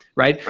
right?